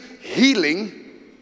healing